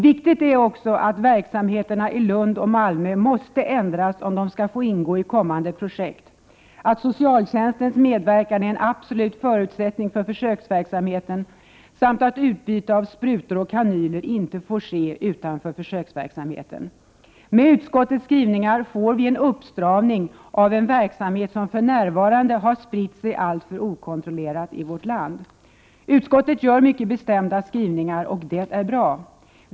Viktigt är också att verksamheterna i Lund och Malmö ändras om de skall få ingå i kommande projekt, att socialtjänstens medverkan är en absolut förutsättning för försöksverksamheten samt att utbyte av sprutor och kanyler inte får ske utanför försöksverksamheten. Med utskottets skrivningar får vi en uppstramning av en verksamhet som för närvarande har spritt sig alltför okontrollerat i vårt land. Utskottet gör mycket bestämda skrivningar, och det är bra.